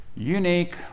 Unique